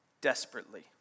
desperately